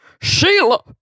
Sheila